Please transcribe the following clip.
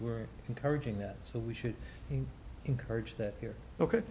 were encouraging that we should encourage that here ok